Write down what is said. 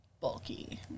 bulky